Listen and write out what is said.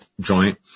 joint